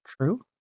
true